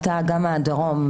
אתה גם מהדרום,